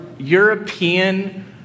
european